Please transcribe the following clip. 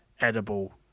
edible